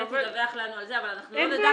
ב' ידווח לנו על זה אבל אנחנו לא נדע